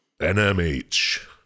NMH